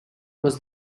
was